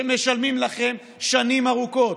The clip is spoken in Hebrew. שמשלמים לכם שנים ארוכות,